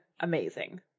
amazing